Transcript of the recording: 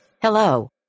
Hello